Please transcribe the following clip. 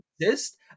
exist